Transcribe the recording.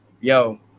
Yo